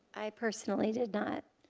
i personally did not.